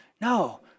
No